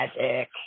Magic